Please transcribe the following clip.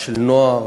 על נוער,